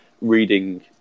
reading